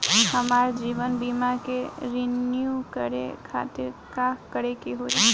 हमार जीवन बीमा के रिन्यू करे खातिर का करे के होई?